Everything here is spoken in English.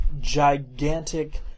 gigantic